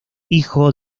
hijo